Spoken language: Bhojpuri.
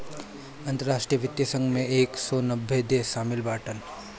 अंतरराष्ट्रीय वित्तीय संघ मे एक सौ नब्बे देस शामिल बाटन